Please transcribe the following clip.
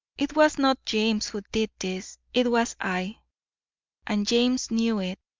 it was not james who did this it was i and james knew it,